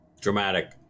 Dramatic